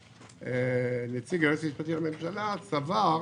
נציג היועץ המשפטי לממשלה סבר,